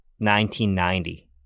1990